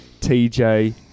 TJ